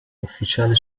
ufficiale